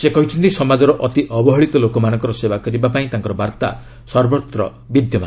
ସେ କହିଛନ୍ତି ସମାଜର ଅତି ଅବହେଳିତ ଲୋକମାନଙ୍କର ସେବା କରିବାପାଇଁ ତାଙ୍କର ବାର୍ତ୍ତା ସର୍ବତ୍ର ବିଦ୍ୟମାନ